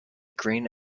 grain